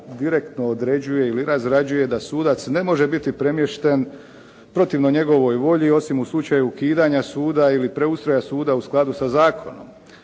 direktno određuje ili razrađuje da sudac ne može biti premješten protivno njegovoj volji osim u slučaju ukidanja suda ili preustroja suda u skladu sa zakonom.